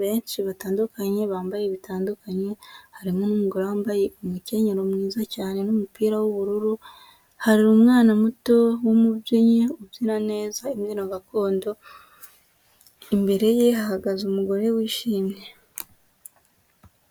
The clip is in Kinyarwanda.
benshi batandukanye bambaye bitandukanye, harimo umugore wambaye umukenyero mwiza cyane n'umupira w'ubururu; hari umwana muto w'umubyinnyi, ubyina neza imbyino gakondo; imbere ye hahagaze umugore wishimye.